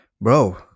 bro